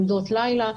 עמדות לילה,